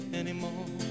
anymore